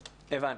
הבנתי.